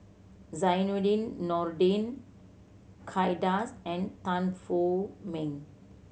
Zainudin Nordin Kay Das and Tan Wu Meng